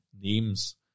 names